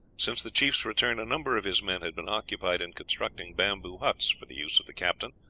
since the chief's return, a number of his men had been occupied in constructing bamboo huts for the use of the captain,